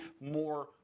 more